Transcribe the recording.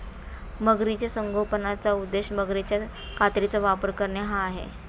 मगरीच्या संगोपनाचा उद्देश मगरीच्या कातडीचा व्यापार करणे हा आहे